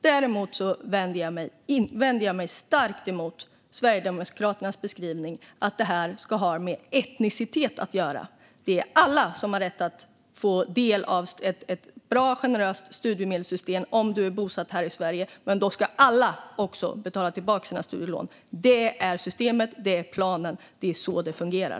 Däremot vänder jag mig starkt emot Sverigedemokraternas beskrivning att det här ska ha med etnicitet att göra. Alla har rätt att få del av ett bra och generöst studiemedelssystem om du är bosatt i Sverige, men då ska alla betala tillbaka sina studielån. Det är systemet, det är planen och det är så det fungerar.